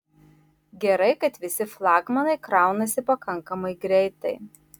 gerai kad visi flagmanai kraunasi pakankamai greitai